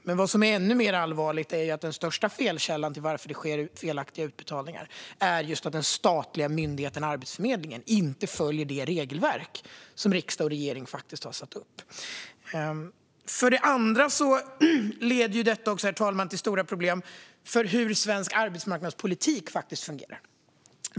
Men vad som är ännu mer allvarligt är att den största felkällan till att det sker felaktiga utbetalningar är just att den statliga myndigheten Arbetsförmedlingen inte följer det regelverk som riksdag och regering har satt upp. För det andra leder detta, herr talman, också till stora problem för hur svensk arbetsmarknadspolitik fungerar.